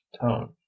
tone